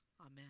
Amen